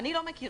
אני לא מכירה.